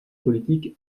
politique